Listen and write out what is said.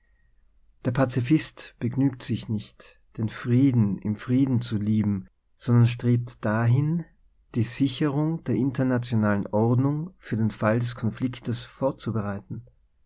der pazifist begnügt sich nicht den frieden im frieden zu lieben sondern strebt dahin die siehe rung der internationalen ordnung für den fall des konfliktes vorzubereiten